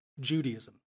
Judaism